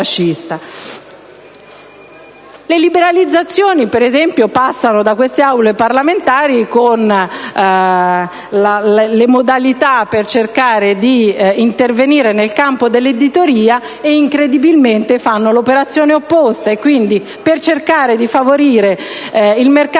Le liberalizzazioni, per esempio, passano da queste Aule parlamentari per intervenire nel campo dell'editoria, e incredibilmente fanno l'operazione opposta, e quindi, per cercare di favorire il mercato